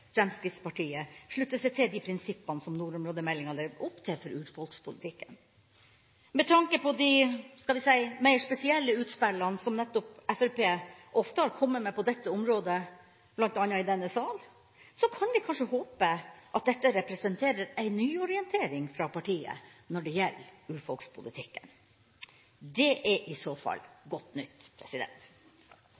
Fremskrittspartiet, slutter seg til de prinsippene som nordområdemeldinga legger opp til for urfolkspolitikken. Med tanke på de – skal vi si – mer spesielle utspillene som nettopp Fremskrittspartiet ofte har kommet med på dette området, bl.a. i denne sal, kan vi kanskje håpe at dette representerer en nyorientering fra partiet når det gjelder urfolkspolitikken. Det er i så fall